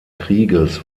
krieges